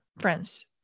friends